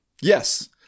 Yes